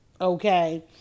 okay